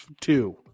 two